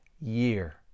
year